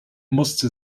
musste